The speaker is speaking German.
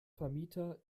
vermieter